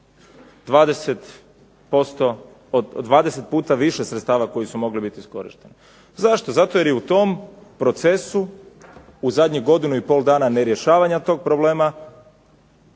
20 puta više sredstava koji su mogli biti iskorišteni. Zašto? Zato jer je u tom procesu u zadnjih godinu i pol dana ne rješavanja tog problema